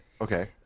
Okay